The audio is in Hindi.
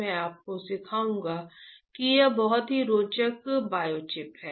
मैं आपको सिखाऊंगा कि यह बहुत ही रोचक बायोचिप है